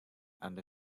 and